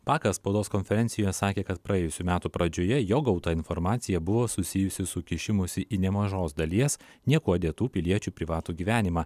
vakar spaudos konferencijoje sakė kad praėjusių metų pradžioje jo gauta informacija buvo susijusi su kišimusi į nemažos dalies niekuo dėtų piliečių privatų gyvenimą